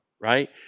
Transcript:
right